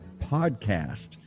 podcast